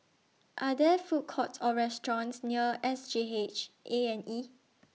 Are There Food Courts Or restaurants near S G H A and E